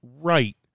right